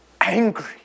angry